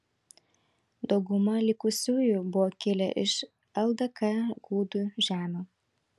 dauguma likusiųjų buvo kilę iš ldk gudų žemių